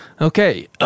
Okay